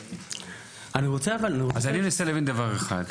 אני רוצה לבין דבר אחד,